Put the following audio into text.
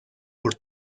por